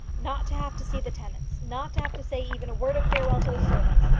not to have to see the tenants, not to have to say even a word of farewell to the servants,